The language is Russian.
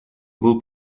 был